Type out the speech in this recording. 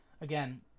Again